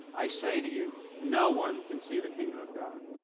i say to you, no one can see the kingdom of god